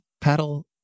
Paddle